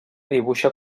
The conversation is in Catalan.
dibuixa